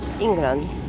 England